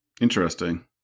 Interesting